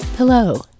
Hello